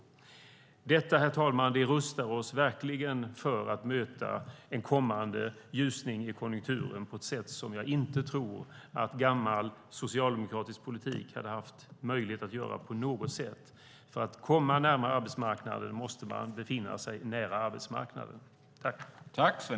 Detta, herr talman, rustar oss verkligen för att möta en kommande ljusning i konjunkturen på ett sätt som jag inte tror att gammal socialdemokratisk politik på något sätt hade haft möjlighet att göra. För att komma närmare arbetsmarknaden måste man befinna sig nära arbetsmarknaden.